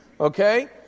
Okay